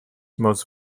most